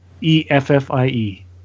E-F-F-I-E